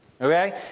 Okay